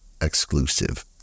exclusive